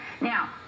Now